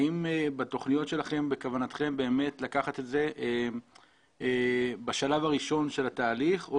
האם בתכניות שלכם בכוונתכם באמת לקחת את זה בשלב הראשון של התהליך או